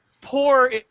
poor